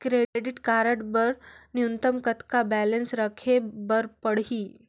Credit card बर न्यूनतम कतका बैलेंस राखे बर पड़ही?